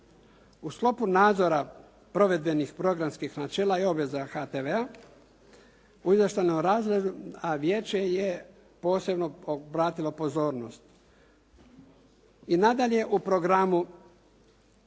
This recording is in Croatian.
U sklopu nadzora provedbenih programskih načela i obveza HTV-a u izvještajnom razdoblju a vijeće je posebno obratilo pozornost i nadalje u programu